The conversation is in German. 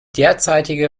derzeitige